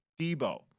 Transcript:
Debo